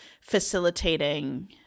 facilitating